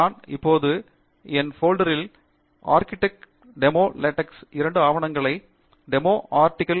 நான் இப்போது என் போல்டரில் ஆர்டிகில்டெமோப்டெக்ஸ் இரண்டு ஆவணங்கள் டெமோஆர்டிகில்